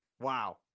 wow